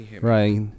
Right